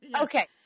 Okay